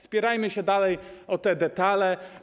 Spierajmy się dalej o detale.